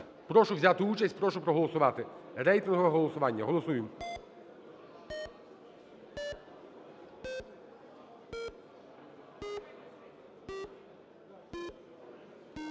Прошу взяти участь, прошу проголосувати рейтингове голосування. Голосуємо.